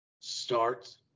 starts